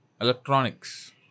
Electronics